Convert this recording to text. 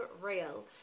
real